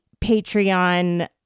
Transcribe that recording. Patreon